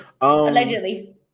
allegedly